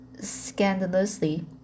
scandalously